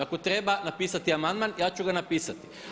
Ako treba napisati amandman ja ću ga napisati.